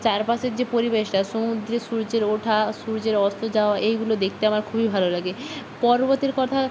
চারপাশের যে পরিবেশটা সমুদ্রে সূর্যের ওঠা সূর্যের অস্ত যাওয়া এইগুলো দেখতে আমার খুবই ভালো লাগে পর্বতের কথা